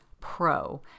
pro